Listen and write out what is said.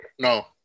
No